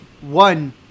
One